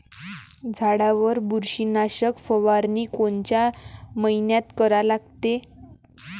झाडावर बुरशीनाशक फवारनी कोनच्या मइन्यात करा लागते?